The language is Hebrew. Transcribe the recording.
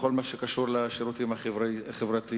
בכל מה שקשור לשירותים החברתיים.